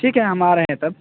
ٹھیک ہے ہم آ رہے ہیں تب